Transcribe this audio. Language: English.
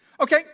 Okay